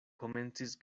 komencis